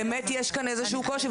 באמת יש כאן איזשהו קושי,